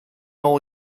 all